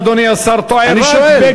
אדוני השר טועה, אני שואל.